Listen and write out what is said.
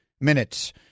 minutes